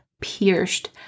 pierced